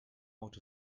out